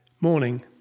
Morning